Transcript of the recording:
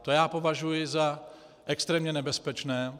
To já považuji za extrémně nebezpečné.